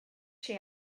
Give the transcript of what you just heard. she